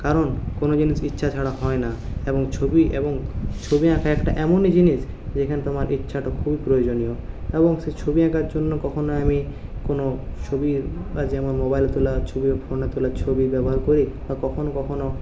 কারণ কোনো জিনিস ইচ্ছা ছাড়া হয় না এবং ছবি এবং ছবি আঁকা একটা এমনই জিনিস যেখানে তোমার ইচ্ছাটা খুবই প্রয়োজনীয় এবং সে ছবি আঁকার জন্য কখনও আমি কোনো ছবি এবং আমার মোবাইলে তোলা ছবি ফোনে তোলা ছবি ব্যবহার করি বা কখনও কখনও